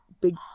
Big